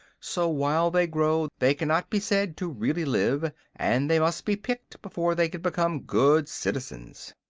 so while they grow they cannot be said to really live, and they must be picked before they can become good citizens.